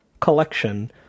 collection